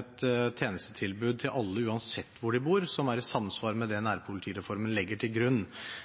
et tjenestetilbud til alle, uansett hvor de bor, som er i samsvar med det nærpolitireformen legger til grunn.